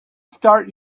start